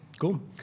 Cool